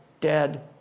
Dead